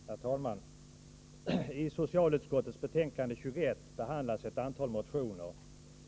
Herr talman! I socialutskottets betänkande 21 behandlas ett antal motioner.